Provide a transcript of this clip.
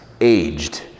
aged